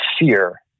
fear